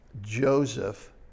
Joseph